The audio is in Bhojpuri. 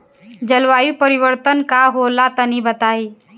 जलवायु परिवर्तन का होला तनी बताई?